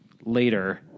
later